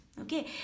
okay